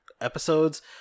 episodes